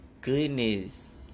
goodness